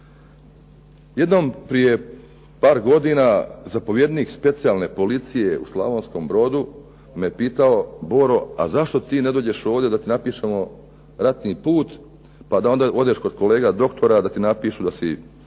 Jednom prije par godina zapovjednik specijalne policije u Slavonskom brodu me pitao Boro, a zašto ti ne dođeš ovdje da ti napišemo ratni put pa da onda odeš kod kolega doktora da ti napišu da si pao,